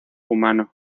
humano